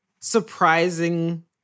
surprising